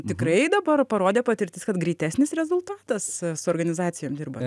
tikrai dabar parodė patirtis kad greitesnis rezultatas su organizacijom dirbant